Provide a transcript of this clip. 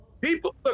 People